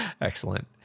Excellent